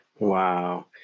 Wow